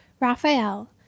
Raphael